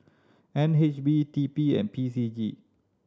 N H B T P and P C G